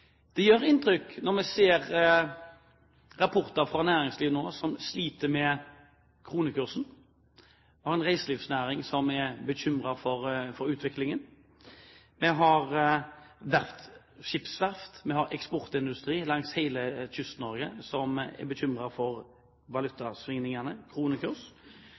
Det gjør inntrykk når vi nå ser rapporter fra næringslivet, som sliter med kronekursen. Vi har en reiselivsnæring som er bekymret for utviklingen. Vi har verft, skipsverft, vi har eksportindustri langs hele Kyst-Norge som er bekymret for valutasvingninger og kronekurs.